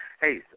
hey